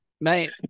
Mate